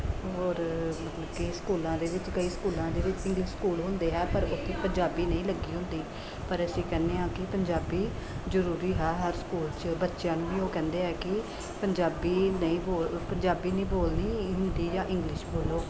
ਹੋਰ ਮਤਲਬ ਕਿ ਸਕੂਲਾਂ ਦੇ ਵਿੱਚ ਕਈ ਸਕੂਲਾਂ ਦੇ ਵਿੱਚ ਇੰਗਲਿਸ਼ ਸਕੂਲ ਹੁੰਦੇ ਆ ਪਰ ਉੱਥੇ ਪੰਜਾਬੀ ਨਹੀਂ ਲੱਗੀ ਹੁੰਦੀ ਪਰ ਅਸੀਂ ਕਹਿੰਦੇ ਹਾਂ ਕਿ ਪੰਜਾਬੀ ਜ਼ਰੂਰੀ ਹੈ ਹਰ ਸਕੂਲ 'ਚ ਬੱਚਿਆਂ ਨੂੰ ਵੀ ਉਹ ਕਹਿੰਦੇ ਆ ਕਿ ਪੰਜਾਬੀ ਨਹੀਂ ਬੋ ਪੰਜਾਬੀ ਨਹੀਂ ਬੋਲਣੀ ਹਿੰਦੀ ਜਾਂ ਇੰਗਲਿਸ਼ ਬੋਲੋ